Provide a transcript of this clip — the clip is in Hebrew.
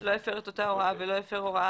לא הפר את אותה הוראה ולא הפר הוראה